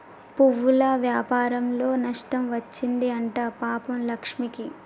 పువ్వుల వ్యాపారంలో నష్టం వచ్చింది అంట పాపం లక్ష్మికి